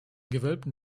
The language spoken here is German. gewölbten